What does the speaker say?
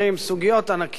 סוגיות ענקיות,